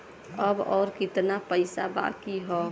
अब अउर कितना पईसा बाकी हव?